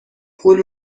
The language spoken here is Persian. پول